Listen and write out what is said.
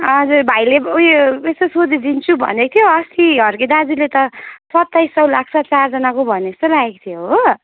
हजुर भाइले उयो यसो सोधिदिन्छु भनेको थियो अस्ति हर्के दाजुले त सत्ताइस सौ लाग्छ चारजनाको भनेजस्तो लागेको थियो हो